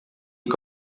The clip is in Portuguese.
que